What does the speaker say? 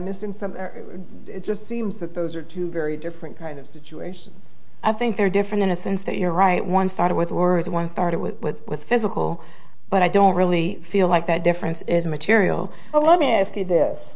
missing from just seems that those are two very different kind of situations i think they're different in a sense that you're right one started with words one started with with physical but i don't really feel like that difference is material oh let me ask you this